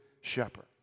shepherd